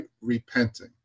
repenting